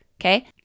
okay